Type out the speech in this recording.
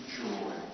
joy